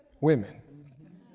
women